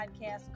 podcast